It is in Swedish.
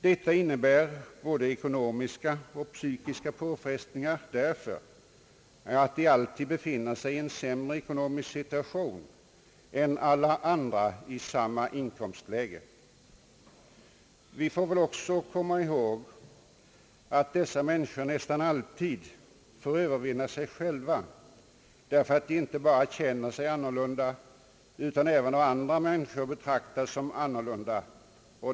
Detta innebär både ekonomiska och psykiska påfrestningar, och de befinner sig alltid i en sämre ekonomisk situation än alla andra i samma inkomstläge. Vi får också komma ihåg att dessa människor nästan alltid måste övervinna sig själva, därför att de inte bara känner sig annorlunda utan även betraktas som annorlunda av andra.